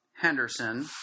Henderson